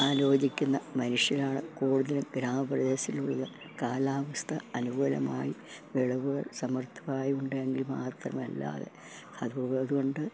ആലോചിക്കുന്ന മനുഷ്യരാണ് കൂടുതലും ഗ്രാമപ്രദേശത്തിലുള്ളത് കാലാവസ്ഥ അനുകൂലമായി വിളവുകൾ സമൃദ്ധമായി ഉണ്ടെങ്കിൽ മാത്രമല്ലാതെ അതതു കൊണ്ട്